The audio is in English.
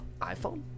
iPhone